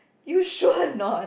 you sure or not